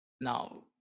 Now